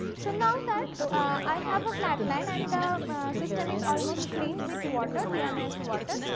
so, now, that i have a flat line and the system is almost clean with water deionized water.